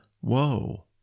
whoa